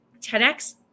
TEDx